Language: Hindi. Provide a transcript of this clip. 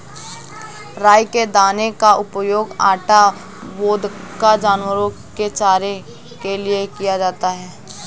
राई के दाने का उपयोग आटा, वोदका, जानवरों के चारे के लिए किया जाता है